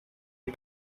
les